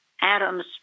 Adam's